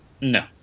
No